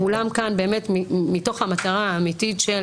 כולם כאן באמת מתוך המטרה האמיתית של